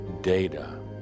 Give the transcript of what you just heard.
data